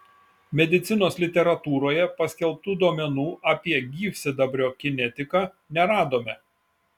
medicinos literatūroje paskelbtų duomenų apie gyvsidabrio kinetiką neradome